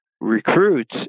recruits